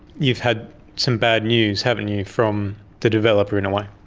you've had some bad news, haven't you, from the developer, in a way.